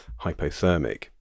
hypothermic